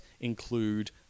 include